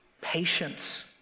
Patience